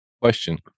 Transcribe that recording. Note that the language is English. Question